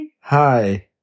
Hi